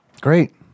Great